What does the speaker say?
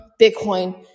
Bitcoin